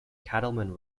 cattleman